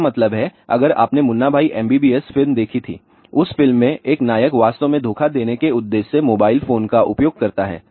मेरा मतलब है अगर आपने मुन्ना भाई एमबीबीएस फिल्म देखी थी उस फिल्म में एक नायक वास्तव में धोखा देने के उद्देश्य से मोबाइल फोन का उपयोग करता है